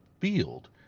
field